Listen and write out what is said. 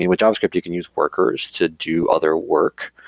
and with javascript you can use workers to do other work.